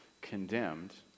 condemned